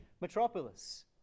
metropolis